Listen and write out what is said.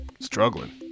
Struggling